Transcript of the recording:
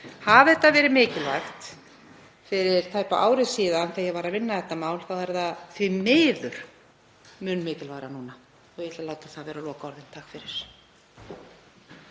Hafi þetta verið mikilvægt fyrir tæpu ári, þegar ég var að vinna þetta mál, þá er það því miður mun mikilvægara núna. Ég ætla að láta það verða lokaorðin. SPEECH_END